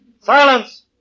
Silence